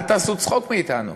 אל תעשו צחוק מאתנו.